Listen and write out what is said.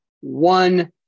one